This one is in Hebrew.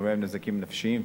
ובהם נזקים נפשיים,